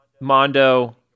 Mondo